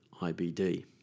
ibd